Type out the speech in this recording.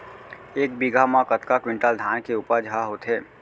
एक बीघा म कतका क्विंटल धान के उपज ह होथे?